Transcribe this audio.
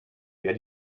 wer